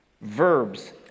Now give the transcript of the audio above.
verbs